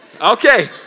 Okay